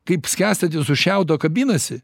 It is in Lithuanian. kaip skęstantis už šiaudo kabinasi